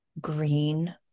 green